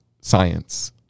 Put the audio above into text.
science